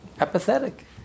apathetic